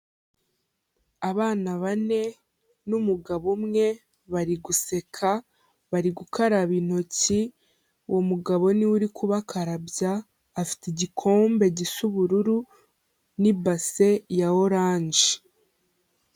Abana bane n'umugabo umwe bari guseka, bari gukaraba intoki, uwo mugabo ni we uri kubakarabya, afite igikombe gisa ubururu n'ibase ya oranje.